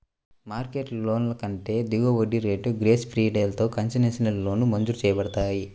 market లోన్ల కంటే దిగువ వడ్డీ రేట్లు, గ్రేస్ పీరియడ్లతో కన్సెషనల్ లోన్లు మంజూరు చేయబడతాయి